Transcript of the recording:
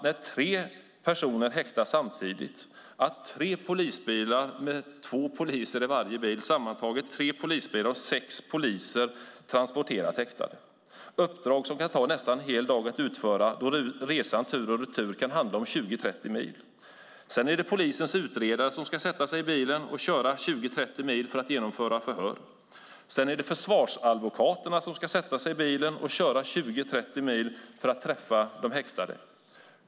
När tre personer häktas samtidigt har det hänt att tre polisbilar med två poliser i varje bil - sammantaget tre polisbilar och sex poliser - transporterar häktade. Detta är uppdrag som kan ta nästan en hel dag att utföra då resan tur och retur kan handla om 20-30 mil. Sedan är det polisens utredare som ska sätta sig i bilen och köra 20-30 mil för att genomföra förhör. Därefter är det försvarsadvokaternas som ska sätta sig i bilen och köra 20-30 mil för att träffa de häktade.